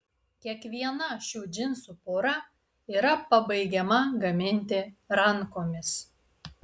kiekviena šių džinsų pora yra pabaigiama gaminti rankomis